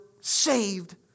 saved